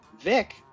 Vic